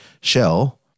shell